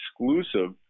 exclusive